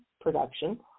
production